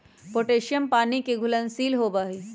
potassium पानी के घुलनशील होबा हई